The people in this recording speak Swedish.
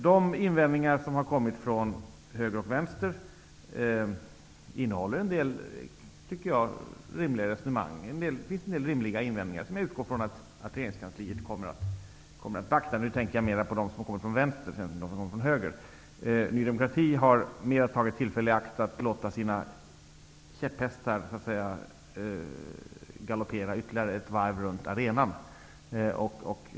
De invändningar som har kommit från höger och vänster innehåller, tycker jag, en del rimliga resonemang. Det görs en del rimliga invändningar som jag utgår ifrån att regeringskansliet kommer att beakta. Nu tänker jag mera på de invändningar som kommer från vänster än på dem som kommer från höger. Ny demokrati har mera tagit tillfället i akt att låta sina käpphästar galoppera ytterligare ett varv runt arenan.